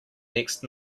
next